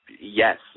yes